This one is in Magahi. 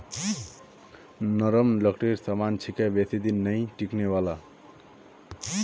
नरम लकड़ीर सामान छिके बेसी दिन नइ टिकने वाला